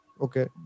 Okay